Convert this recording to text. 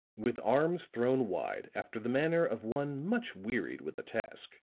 with arms thrown wide after the manner of one much wearied with a task